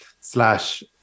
slash